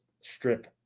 strip